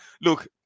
Look